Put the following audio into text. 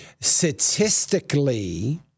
statistically